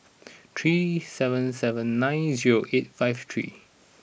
three seven seven nine zero eight five three